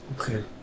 okay